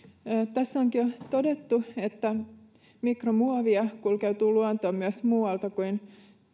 tässä onkin jo todettu että mikromuovia kulkeutuu luontoon myös muualta kuin